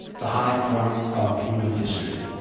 the high point of human history.